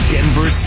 Denver